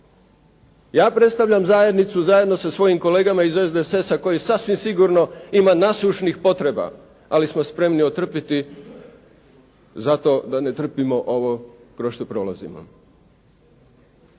Ja predstavljam zajednicu zajedno sa svojim kolegama iz SDSS-a koji sasvim sigurno ima nasušnih potreba, ali smo spremni otrpjeti zato da ne trpimo ovo kroz što prolazimo